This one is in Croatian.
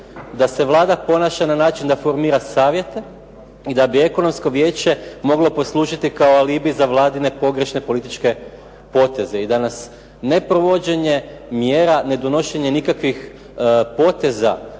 da se Vlada ponaša na način da formira savjete i da bi ekonomsko vijeće moglo poslužiti kao alibi za Vladine pogrešne političke poteze i da nas ne provođenje mjere, ne donošenje nikakvih poteza